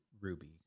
Ruby